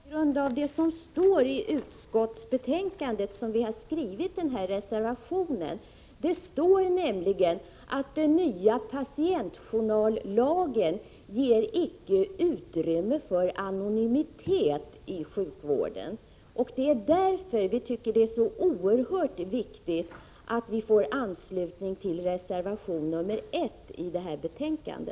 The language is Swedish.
Fru talman! Det är just på grund av vad som står i utskottsbetänkandet som vi har skrivit vår reservation. Det står nämligen att den nya patientjournallagen icke ger utrymme för anonymitet i sjukvården. Det är därför vi tycker det är så oerhört viktigt att vi får anslutning till reservation 1 i detta betänkande.